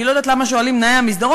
אני לא יודעת למה שואלים אם נאה המסדרון,